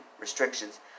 restrictions